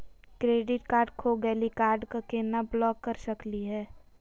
Credit card खो गैली, card क केना ब्लॉक कर सकली हे?